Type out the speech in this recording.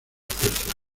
fuerza